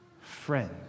Friend